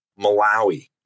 malawi